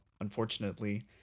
unfortunately